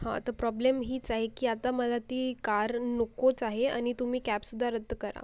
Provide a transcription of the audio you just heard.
हं तर प्रॉब्लेम हीच आहे की आता मला ती कार नकोच आहे आणि तुम्ही कॅबसुद्धा रद्द करा